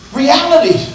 reality